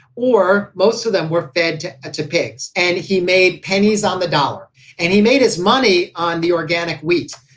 or most of them were fed to to pigs. and he made pennies on the dollar and he made his money on the organic wheat.